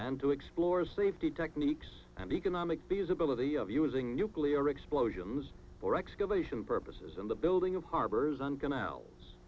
and to explore safety techniques and economic the usability of using nuclear explosions for excavation purposes and the building of harbors on